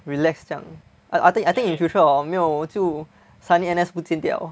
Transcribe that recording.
relax 这样 I think I think in future hor 没有就 suddenly N_S 不见掉